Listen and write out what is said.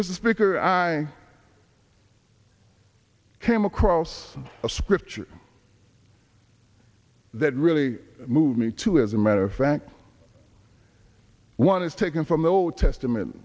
mr speaker i came across a scripture that really moved me to as a matter of fact one is taken from the old testament